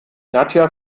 nadja